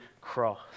cross